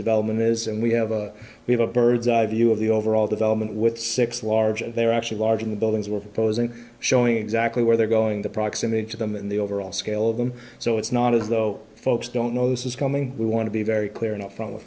development is and we have a we have a bird's eye view of the overall development with six large and there are actually large new buildings were posing showing exactly where they're going the proximity to them and the overall scale of them so it's not as though folks don't know this is coming we want to be very clear no